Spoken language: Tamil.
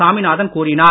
சாமிநாதன் கூறினார்